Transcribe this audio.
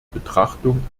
betrachtung